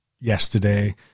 yesterday